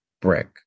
brick